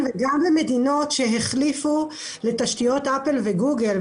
גם למדינות שהחליפו לתשתיות אפל וגוגל,